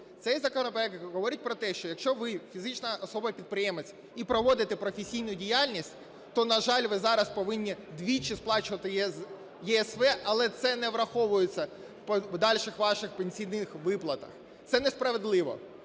Цей законопроект говорить про те, що якщо ви – фізична особа-підприємець і проводите професійну діяльність, то, на жаль, ви зараз повинні двічі сплачувати ЄСВ, але це не враховується в подальших ваших пенсійних виплатах. Це несправедливо,